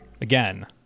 again